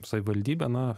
savivaldybė na